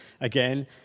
again